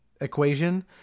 equation